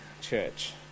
Church